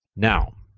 now,